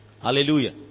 Hallelujah